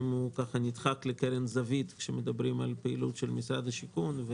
נדחק לקרן זווית כשמדברים על הפעילות של משרד השיכון.